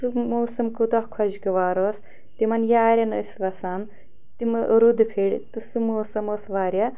سُہ موسَم کوٗتاہ خۄشگوار اوس تِمَن یارٮ۪ن ٲسۍ وَسان تِم رُدٕ پھِرِ تہٕ سُہ موسَم اوس واریاہ